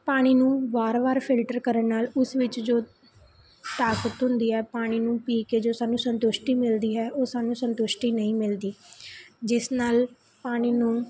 ਪਾਣੀ ਨੂੰ ਵਾਰ ਵਾਰ ਫਿਲਟਰ ਕਰਨ ਨਾਲ ਉਸ ਵਿੱਚ ਜੋ ਤਾਕਤ ਹੁੰਦੀ ਹੈ ਪਾਣੀ ਨੂੰ ਪੀ ਕੇ ਜੋ ਸਾਨੂੰ ਸੰਤੁਸ਼ਟੀ ਮਿਲਦੀ ਹੈ ਉਹ ਸਾਨੂੰ ਸੰਤੁਸ਼ਟੀ ਨਹੀਂ ਮਿਲਦੀ ਜਿਸ ਨਾਲ ਪਾਣੀ ਨੂੰ